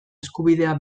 eskubidea